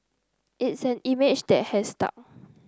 it's an image that has stuck